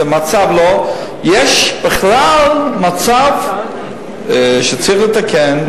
יש בכלל מצב שצריך לתקן,